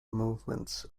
movement